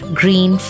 green